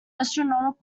astronomical